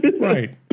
Right